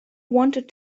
wanted